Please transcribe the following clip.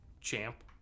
champ